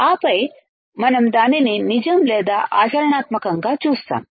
ఆపై మనం దానిని నిజం లేదా ఆచరణాత్మకంగా చూస్తాము